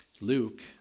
Luke